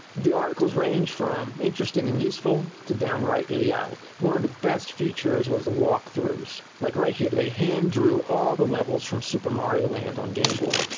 the articles range from. interesting and useful, to downright idiotic one of the best features was the walkthroughs. like, right here they hand-drew all the levels from super mario land on game boy.